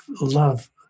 love